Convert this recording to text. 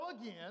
again